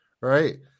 right